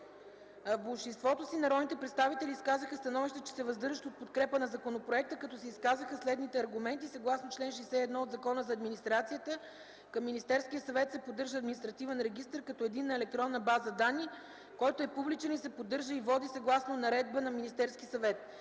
В болшинството си народните представители изказаха становище, че се въздържат от подкрепа на законопроекта, като се изказаха следните аргументи. Съгласно чл. 61 от Закона за администрацията към Министерския съвет се поддържа административен регистър като единна електронна база данни, който е публичен и се поддържа и води съгласно наредба на Министерския съвет.